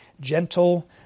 gentle